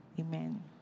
Amen